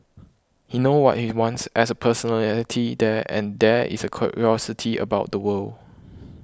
he knows what he wants as a personality there and there is a curiosity about the world